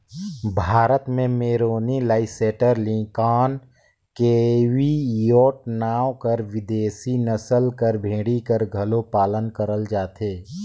भारत में merino, Leicester, Lincoln, Cheviot नांव कर बिदेसी नसल कर भेड़ी कर घलो पालन करल जाथे